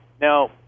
Now